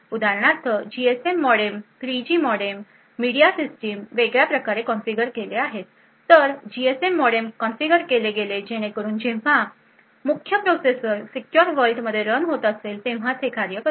उदाहरणार्थ GSM modem 3G G modem आणि media system वेगळ्या प्रकारे कॉन्फिगर केले आहे तर जीएसएम मॉडेम कॉन्फिगर केले गेले जेणेकरून जेव्हा मुख्य प्रोसेसर सीक्युर वर्ल्ड मध्ये रन होत असेल तेव्हाच हे कार्य करते